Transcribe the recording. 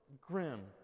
grim